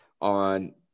on